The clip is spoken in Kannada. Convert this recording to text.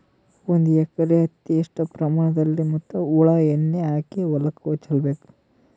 ಒಂದು ಎಕರೆ ಹತ್ತಿ ಎಷ್ಟು ಪ್ರಮಾಣದಲ್ಲಿ ಹುಳ ಎಣ್ಣೆ ಹಾಕಿ ಹೊಲಕ್ಕೆ ಚಲಬೇಕು?